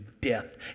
death